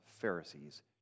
Pharisees